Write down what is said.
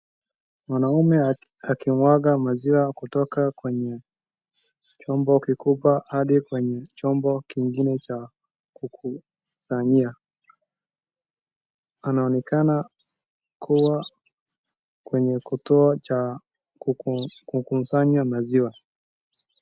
Mwanaum akimwaga maziwa kutoka kwenye chombo kikubwa hadi kwenye chombo kingine cha kukusanyia, anaonekana kuwa kwenye kituo cha kukusanya maziwa.